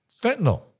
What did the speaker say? fentanyl